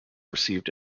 received